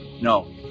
no